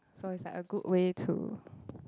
so is like a good way to